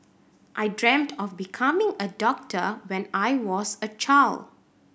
I dreamt of becoming a doctor when I was a child